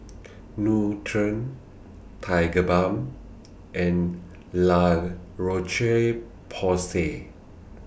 Nutren Tigerbalm and La Roche Porsay